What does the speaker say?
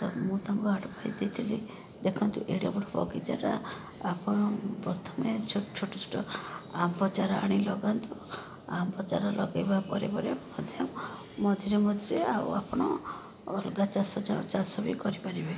ତ ମୁଁ ତାଙ୍କୁ ଆଡ଼ଭାଇଜ୍ ଦେଇଥିଲି ଦେଖନ୍ତୁ ଏଡ଼େ ବଡ଼ ବଗିଚାଟା ଆପଣ ପ୍ରଥମେ ଛୋଟ ଛୋଟ ଆମ୍ବ ଚାରା ଆଣି ଲଗାନ୍ତୁ ଆମ୍ବ ଚାରା ଲଗେଇବା ପରେ ପରେ ମଧ୍ୟ ମଝିରେ ମଝିରେ ଆଉ ଆପଣ ଅଲଗା ଚାଷ ଯୋଉ ଚାଷ ବି କରିପାରିବେ